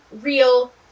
real